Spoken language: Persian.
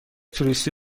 توریستی